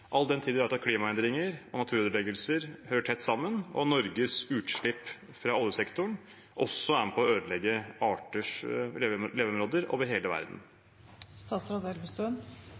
all den tid vi vet at klimaendringer og naturødeleggelser hører tett sammen, og at Norges utslipp fra oljesektoren også er med på å ødelegge arters leveområder over hele